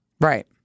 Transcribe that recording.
Right